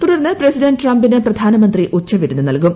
തുടർന്ന് പ്രസിഡന്റ് ട്രംപിന് പ്രധാനമന്ത്രി ഉച്ചവിരുന്ന് നൽകും